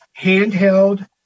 handheld